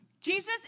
Jesus